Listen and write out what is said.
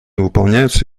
выполняются